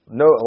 no